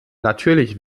natürlich